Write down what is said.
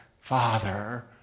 Father